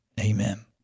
amen